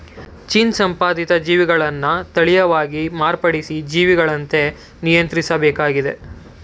gene ಸಂಪಾದಿತ ಜೀವಿಗಳನ್ನ ತಳೀಯವಾಗಿ ಮಾರ್ಪಡಿಸಿದ ಜೀವಿಗಳಂತೆ ನಿಯಂತ್ರಿಸ್ಬೇಕಾಗಿದೆ